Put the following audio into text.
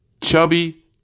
chubby